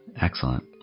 Excellent